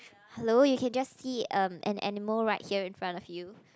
hello you can just see um an animal right here in front of you